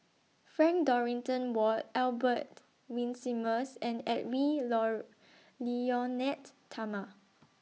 Frank Dorrington Ward Albert Winsemius and Edwy Lyonet Talma